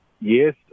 yes